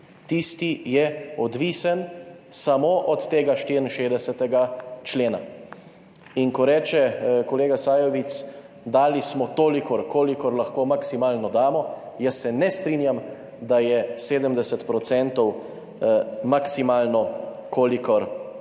Tisti je odvisen samo od tega 64. člena. In ko reče kolega Sajovic, dali smo toliko, kolikor lahko, maksimalno damo, jaz se ne strinjam, da je 70 % maksimalno, kolikor lahko